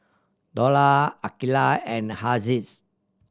Dollah Aqilah and Haziqs